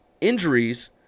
injuries